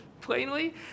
plainly